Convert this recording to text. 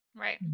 Right